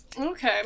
Okay